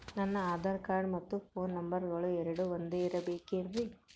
ನನ್ನ ಆಧಾರ್ ಕಾರ್ಡ್ ಮತ್ತ ಪೋನ್ ನಂಬರಗಳು ಎರಡು ಒಂದೆ ಇರಬೇಕಿನ್ರಿ?